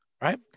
right